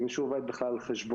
אם מישהו עבד זה בכלל על חשבונו,